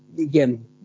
again